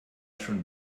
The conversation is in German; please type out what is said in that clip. schon